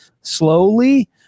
slowly